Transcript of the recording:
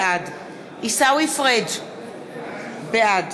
בעד עיסאווי פריג' בעד